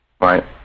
Right